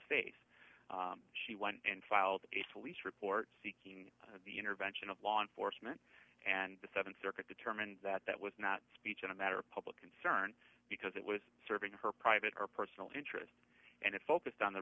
face she went and filed a police report seeking the intervention of law enforcement and the th circuit determined that that was not speech and a matter of public concern because it was serving her private or personal interest and it focused on the